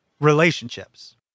relationships